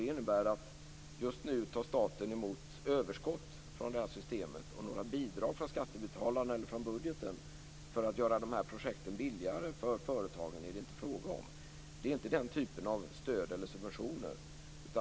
Det innebär att just nu tar staten emot överskott från systemet. Några bidrag från skattebetalarna eller från budgeten för att göra projekten billigare för företagen är det inte fråga om. Det är inte den typen av stöd eller subventioner.